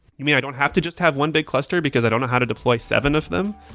you mean i don't have to just have one big cluster because i don't know how to deploy seven of them?